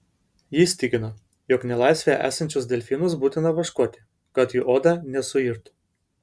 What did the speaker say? jis tikino jog nelaisvėje esančius delfinus būtina vaškuoti kad jų oda nesuirtų